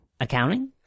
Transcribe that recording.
Accounting